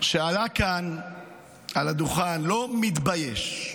שעלה כאן על הדוכן, לא התבייש.